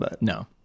No